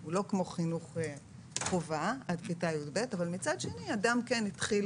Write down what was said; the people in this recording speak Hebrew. הוא לא כמו חינוך חובה עד כיתה י"ב אבל מצד שני אדם כן התחיל